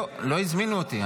לא הזמינו אותי,